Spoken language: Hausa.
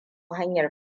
hanyar